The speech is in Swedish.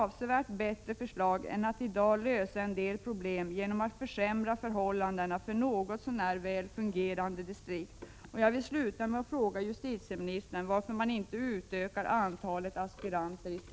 1986/87:103 dag lösa en del problem genom att försämra förhållandena för något så när — 7 april 1987 väl fungerande distrikt.